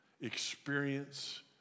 Experience